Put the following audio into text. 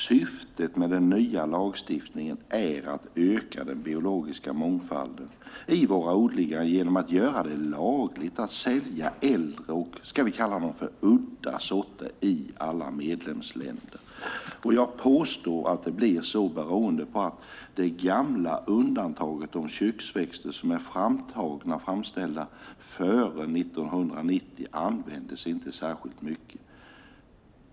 Syftet med den nya lagstiftningen är att öka den biologiska mångfalden i våra odlingar genom att göra det lagligt att sälja äldre och det som vi kan kalla udda sorter i alla medlemsländer. Jag påstår att det blir så beroende på att det gamla undantaget om köksväxter som är framtagna och framställda före 1990 inte användes särskilt mycket.